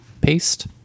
paste